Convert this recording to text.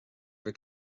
bhur